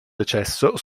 decesso